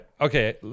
okay